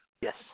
Yes